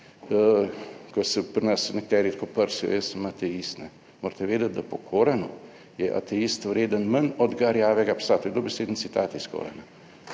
ko se pri nas nekateri tako prsijo jaz sem ateist, morate vedeti, da po Koranu je ateist vreden manj od garjavega psa. To je dobeseden citat iz korana,